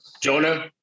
Jonah